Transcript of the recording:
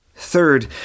Third